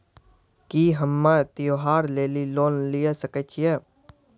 की हम्मय त्योहार लेली लोन लिये सकय छियै?